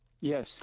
Yes